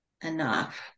enough